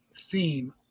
theme